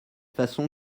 façon